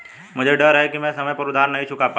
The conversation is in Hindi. मुझे डर है कि मैं समय पर उधार नहीं चुका पाऊंगा